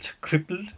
crippled